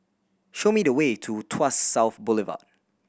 show me the way to Tuas South Boulevard